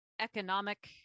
economic